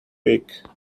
week